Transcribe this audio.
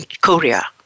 Korea